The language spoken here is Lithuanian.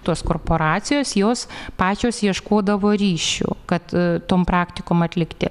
tos korporacijos jos pačios ieškodavo ryšių kad tom praktikom atlikti